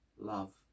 love